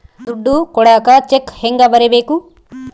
ದುಡ್ಡು ಕೊಡಾಕ ಚೆಕ್ ಹೆಂಗ ಬರೇಬೇಕು?